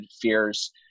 fears